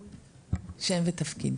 בבקשה.